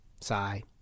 sigh